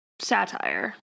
satire